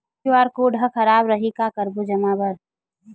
QR code हा खराब रही का करबो जमा बर?